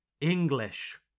English